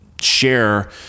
share